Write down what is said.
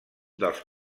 dels